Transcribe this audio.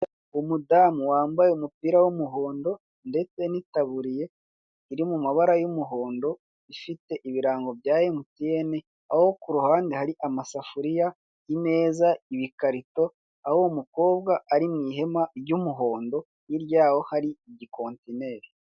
Umudamu wambaye umupira w'umuhondo ndetse n'itaburiya iri mu mabara y'umuhondo ifite ibirango bya MTN aho kuruhande hari amasafuriya, imeza, ibikarito aho uwo mukobwa ari mu ihema ry'umuhondo hirya yaho hari igi kontineri.